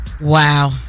Wow